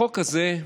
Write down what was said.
החוק הזה,